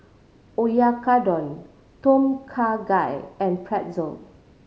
Oyakodon Tom Kha Gai and Pretzel